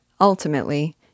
Ultimately